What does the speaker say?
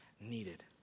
needed